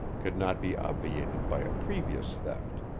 could not be obviated by a previous theft.